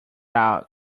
out